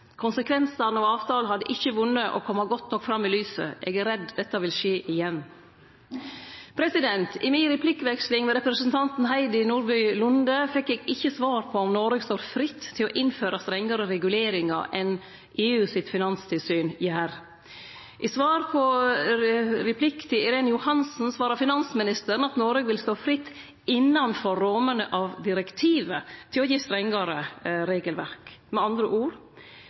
Konsekvensane av avtalen hadde ikkje vunne å kome godt nok fram i lyset. Eg er redd dette vil skje igjen. I mi replikkveksling med representanten Heidi Nordby Lunde fekk eg ikkje svar på om Noreg står fritt til å innføre strengare reguleringar enn det EUs finanstilsyn gjer. I svaret på ein replikk frå Irene Johansen sa finansministeren at Noreg vil stå fritt innanfor rammene av direktivet til å gi strengare regelverk. Med andre ord,